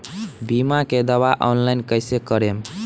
बीमा के दावा ऑनलाइन कैसे करेम?